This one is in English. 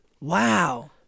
Wow